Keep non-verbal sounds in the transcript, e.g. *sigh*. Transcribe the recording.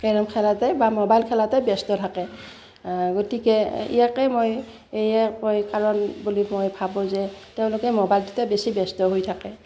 carrom খেলাতে বা mobile খেলাতে ব্যস্ত থাকে গতিকে ইয়াকে মই *unintelligible* কৈ কাৰণ বুলি মই ভাবোঁ যে তেওঁলোকে মোবাইলটোতে বেছি ব্যস্ত হৈ থাকে